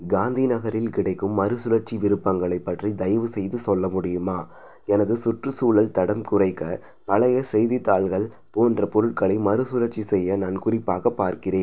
காந்தி நகரில் கிடைக்கும் மறுசுழற்சி விருப்பங்களை பற்றி தயவுசெய்து சொல்ல முடியுமா எனது சுற்றுச்சூழல் தடம் குறைக்க பழைய செய்தித்தாள்கள் போன்ற பொருட்களை மறுசுழற்சி செய்ய நான் குறிப்பாக பார்க்கிறேன்